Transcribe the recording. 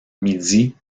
midi